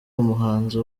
umuhanzi